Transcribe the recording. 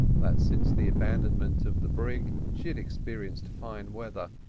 that since the abandonment of the brig she had experienced fine weather,